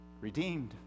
Redeemed